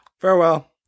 Farewell